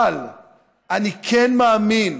אבל אני כן מאמין